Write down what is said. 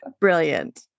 Brilliant